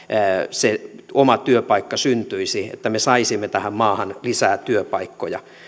se oma työpaikka syntyisi että me saisimme tähän maahan lisää työpaikkoja